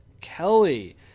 Kelly